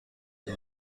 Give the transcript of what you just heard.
who